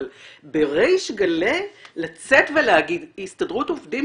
אבל בריש גלי לצאת ולהגיד שהסתדרות עובדים